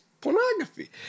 pornography